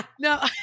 No